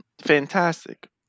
Fantastic